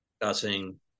discussing